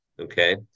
okay